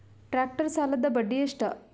Tractor ಸಾಲದ್ದ ಬಡ್ಡಿ ಎಷ್ಟ?